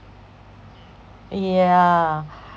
yeah